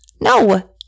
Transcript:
No